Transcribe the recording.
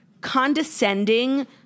condescending